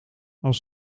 als